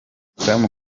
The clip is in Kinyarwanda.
tom